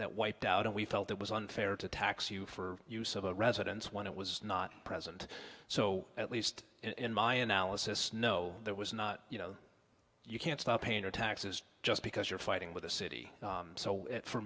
that wiped out and we felt it was unfair to tax you for use of a residence when it was not present so at least in my analysis no there was not you know you can't stop paying your taxes just because you're fighting with the city so for